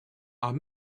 are